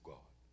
God